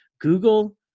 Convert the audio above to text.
google